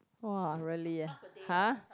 !wah! really ah !huh!